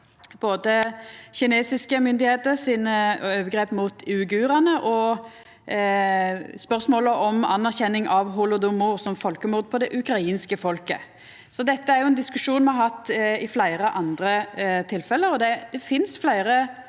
både kinesiske myndigheiter sine overgrep mot uigurane og spørsmålet om anerkjenning av holodomor som folkemord på det ukrainske folket. Dette er ein diskusjon me har hatt i fleire andre tilfelle, og det finst fleire saker,